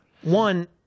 one